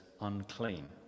unclean